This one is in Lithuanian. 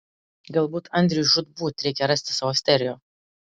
galbūt andriui žūtbūt reikia rasti savo stereo